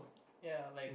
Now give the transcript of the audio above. ya like